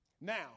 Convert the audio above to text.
Now